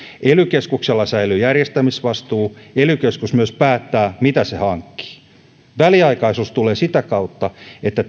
ely keskuksella säilyy järjestämisvastuu ely keskus myös päättää mitä se hankkii väliaikaisuus tulee sitä kautta että